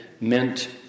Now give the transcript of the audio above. meant